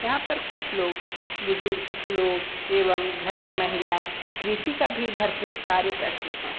यहाँ पर कुछ लोग बुजुर्ग लोग एवं घर की महिलाएँ कृषि का भी भरपूर कार्य करती हैं